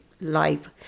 life